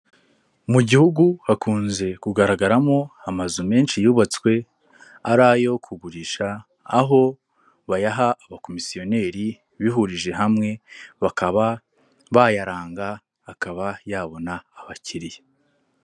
Mu gihugu hakunze kugaragaramo amazu menshi yubatswe ari ayo kugurisha, aho bayaha abakomisiyoneri bihurije hamwe bakaba bayaranga akaba yabona abakiriya.